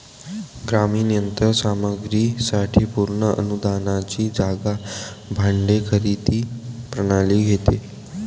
ग्रामीण यंत्र सामग्री साठी पूर्ण अनुदानाची जागा भाडे खरेदी प्रणाली घेते